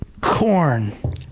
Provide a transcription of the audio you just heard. corn